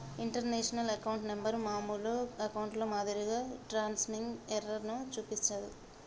international account number మామూలు అకౌంట్లో మాదిరిగా ట్రాన్స్మిషన్ ఎర్రర్ ను చూపించదు